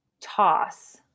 Toss